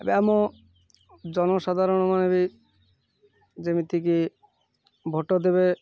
ଏବେ ଆମ ଜନସାଧାରଣ ମାନେ ବି ଯେମିତିକି ଭୋଟ୍ ଦେବେ